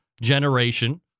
generation